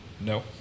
No